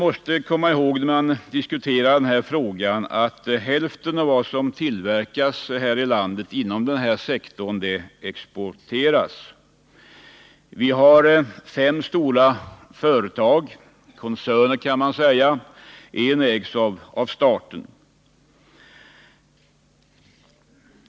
Nr 35 Man måste komma ihåg att hälften av vad som tillverkas här i landet inom Torsdagen den denna sektor exporteras. Vi har fem stora företag, koncerner, av vilka en ägs 22 november 1979 av staten.